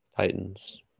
Titans